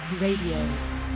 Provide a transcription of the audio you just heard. Radio